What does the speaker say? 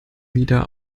wieder